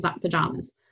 pajamas